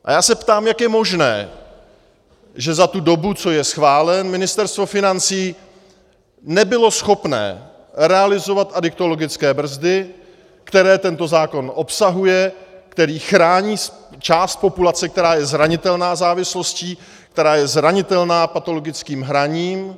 A já se ptám, jak je možné, že za tu dobu, co je schválen, Ministerstvo financí nebylo schopné realizovat adiktologické brzdy, které tento zákon obsahuje, které chrání část populace, která je zranitelná závislostí, která je zranitelná patologickým hraním.